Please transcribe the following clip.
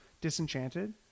disenchanted